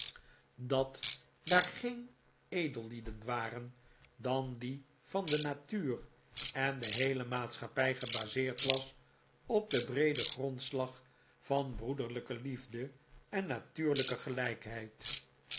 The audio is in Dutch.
dat daar geen edellieden waren dan die van de natuur en de heele maatschappij gebaseerd was op den breeden grondslag van broederlijke liefde en natuurlijke gelijkheid